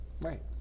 Right